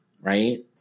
right